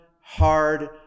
hard